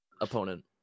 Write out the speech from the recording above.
opponent